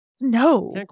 no